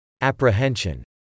apprehension